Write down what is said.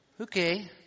Okay